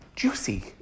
Juicy